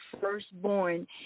firstborn